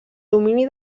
domini